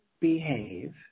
behave